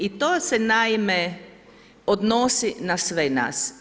I to se naime odnosi na sve nas.